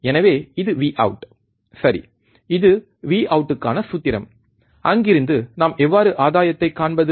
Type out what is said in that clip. எனவே இது Vout சரி இது Vout க்கான சூத்திரம் அங்கிருந்து நாம் எவ்வாறு ஆதாயத்தைக் காண்பது